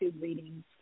readings